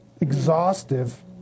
exhaustive